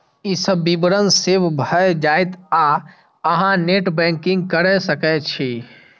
ई सब विवरण सेव भए जायत आ अहां नेट बैंकिंग कैर सकै छी